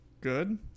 good